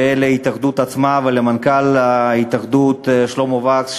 ולהתאחדות עצמה ולמנכ"ל ההתאחדות שלמה וקס,